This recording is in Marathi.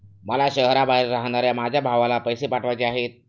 मला शहराबाहेर राहणाऱ्या माझ्या भावाला पैसे पाठवायचे आहेत